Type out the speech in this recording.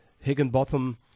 Higginbotham